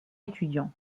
étudiants